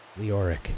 Leoric